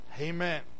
Amen